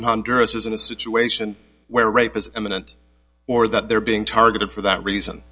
in honduras is in a situation where rape is imminent or that they're being targeted for that reason